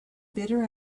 bitter